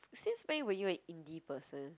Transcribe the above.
since when were you an indie person